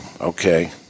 okay